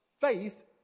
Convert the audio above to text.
faith